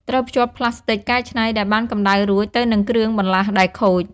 ត្រូវភ្ជាប់ផ្លាស្ទិកកែច្នៃដែលបានកំដៅរួចទៅនឹងគ្រឿងបន្លាស់ដែលខូច។